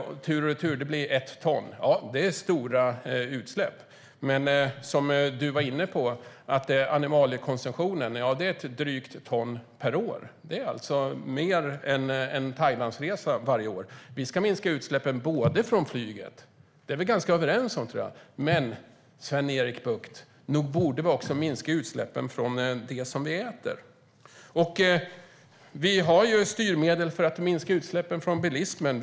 Tur och retur blir det 1 ton. Ja, det är stora utsläpp, men du var inne på att animaliekonsumtionen innebär ett drygt ton per år, och det är alltså mer än en Thailandsresa varje år. Vi ska minska utsläppen från flyget - det är vi ganska överens om, tror jag - men, Sven-Erik Bucht, nog borde vi också minska utsläppen från det som vi äter? Vi har ju styrmedel för att minska utsläppen från bilismen.